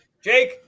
Jake